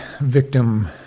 victim